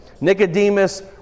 Nicodemus